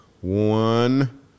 One